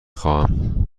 خواهم